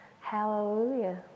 hallelujah